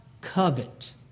covet